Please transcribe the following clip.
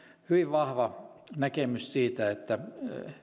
hyvin vahva näkemys siitä että